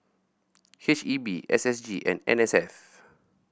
H E B S S G and N S F